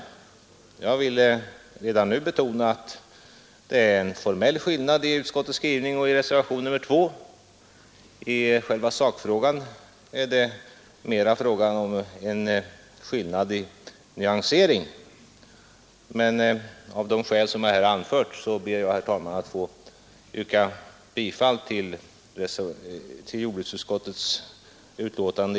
Jag vill betona att det bara föreligger en formell skillnad mellan utskottsmajoritetens skrivning och skrivningen i reservationen 2. I sakfrågan gäller det mera skillnader i nyanser. Herr talman! Av de skäl som jag här anfört ber jag att få yrka bifall till reservationen 2.